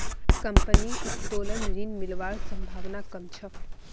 कंपनीर उत्तोलन ऋण मिलवार संभावना कम छ